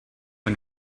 yng